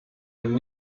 and